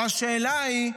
או השאלה היא,